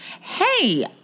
Hey